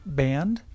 band